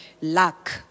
luck